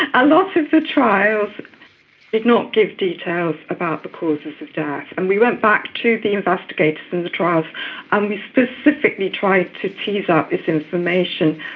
a lot of the trials did not give details about the causes of the death. and we went back to the investigators in the trials and we specifically tried to tease out this information.